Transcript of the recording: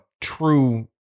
true